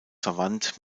verwandt